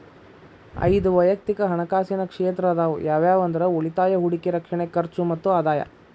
ಐದ್ ವಯಕ್ತಿಕ್ ಹಣಕಾಸಿನ ಕ್ಷೇತ್ರ ಅದಾವ ಯಾವ್ಯಾವ ಅಂದ್ರ ಉಳಿತಾಯ ಹೂಡಿಕೆ ರಕ್ಷಣೆ ಖರ್ಚು ಮತ್ತ ಆದಾಯ